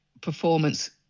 performance